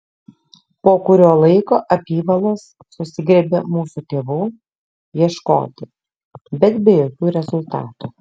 po kurio laiko apyvalos susigriebė mūsų tėvų ieškoti bet be jokių rezultatų